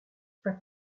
pas